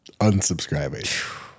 unsubscribing